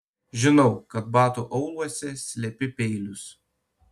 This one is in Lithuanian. žinau kad batų auluose slepi peilius